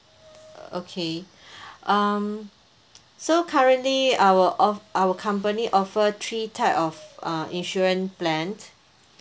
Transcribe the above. okay um so currently our of~ our company offer three type of uh insurance plan